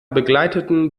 begleiteten